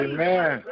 Amen